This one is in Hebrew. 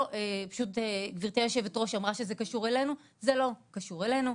פשוט גברתי היושבת-ראש אמרה שזה קשור אלינו זה לא קשור אלינו.